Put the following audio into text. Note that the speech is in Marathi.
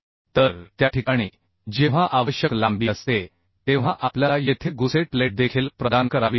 तर त्या ठिकाणी जेव्हा आवश्यक लांबी असते तेव्हा आपल्याला येथे गुसेट प्लेट देखील प्रदान करावी लागते